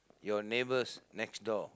your neighbours next door